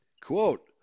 quote